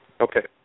Okay